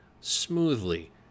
smoothly